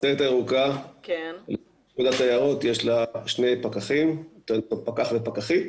הסיירת הירוקה, יש לה שני פקחים פקח ופקחית-